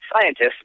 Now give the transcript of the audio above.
scientists